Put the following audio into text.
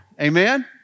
Amen